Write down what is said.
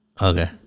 Okay